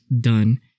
done